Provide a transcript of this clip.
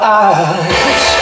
eyes